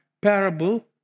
parable